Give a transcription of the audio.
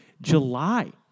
July